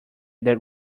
that